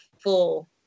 full